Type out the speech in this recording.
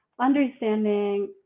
understanding